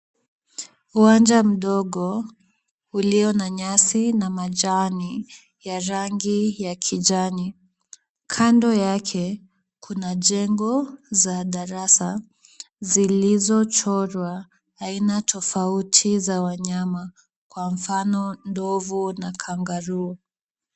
Uwanja mdogo ulio na nyasi na majani ya rangi ya kijani. Kando yake kuna jengo za darasa zilizochorwa aina tofauti za wanyama. Kwa mfano ndovu na kangaruu.